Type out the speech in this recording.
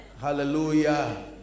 Hallelujah